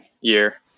year